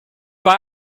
war